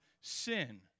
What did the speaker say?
sin